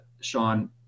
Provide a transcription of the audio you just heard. Sean